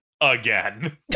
AGAIN